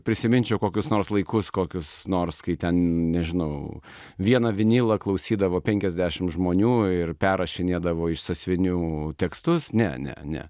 prisiminčiau kokius nors laikus kokius nors kai ten nežinau vieną vinilą klausydavo penkiasdešimt žmonių ir perrašinėdavo iš sąsiuvinių tekstus ne ne ne